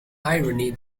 irony